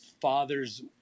Father's